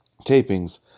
tapings